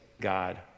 God